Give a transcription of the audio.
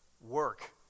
work